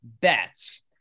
bets